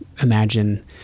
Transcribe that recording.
imagine